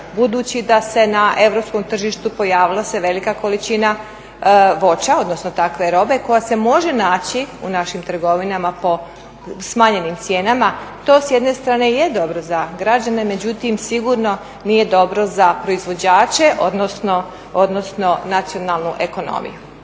budući da se na europskom tržištu pojavila se velika količina voća, odnosno takve robe koja se može naći u našim trgovinama po smanjenim cijenama. To s jedne strane je dobro za građane međutim, sigurno nije dobro za proizvođače, odnosno nacionalnu ekonomiju.